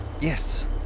Yes